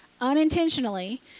unintentionally